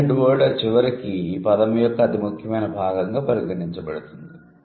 ఈ 'head word ' చివరికి ఈ పదం యొక్క అతి ముఖ్యమైన భాగంగా పరిగణించబడుతుంది